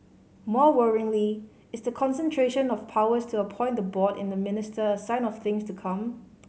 more worryingly is the concentration of powers to appoint the board in the minister a sign of things to come